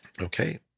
Okay